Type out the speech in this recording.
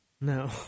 No